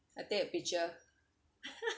I take a picture